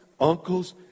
uncles